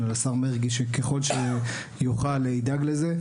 על השר מרגי שככול שיוכל ידאג לזה,